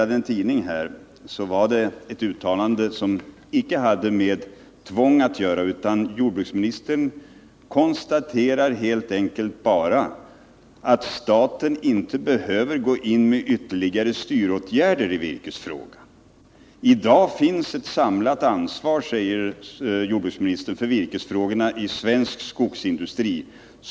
Det tidningsuttalande som jag citerade hade icke med tvång att göra, utan jordbruksministern konstaterade helt enkelt att staten inte behöver gå in med ytterligare styråtgärder i virkesfrågan. I dag finns ett samlat ansvar, säger jordbruksministern, för virkesfrågorna i svensk skogsindustri.